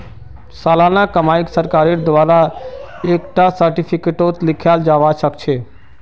सालाना कमाईक सरकारेर द्वारा एक टा सार्टिफिकेटतों लिखाल जावा सखछे